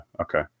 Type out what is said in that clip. Okay